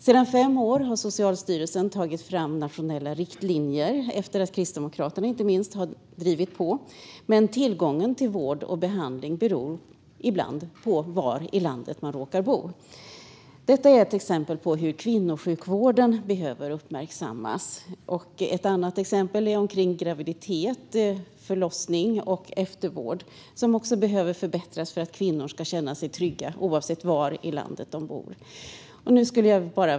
Sedan fem år har Socialstyrelsen nationella riktlinjer för vård vid endometrios, efter att inte minst Kristdemokraterna drivit på. Men tillgången till vård och behandling beror ibland på var i landet man råkar bo. Detta är ett exempel på att kvinnosjukvården behöver uppmärksammas. Ett annat exempel gäller graviditet, förlossning och eftervård, som också behöver förbättras för att kvinnor ska kunna känna sig trygga, oavsett var i landet de bor.